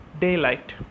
daylight